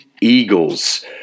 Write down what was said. Eagles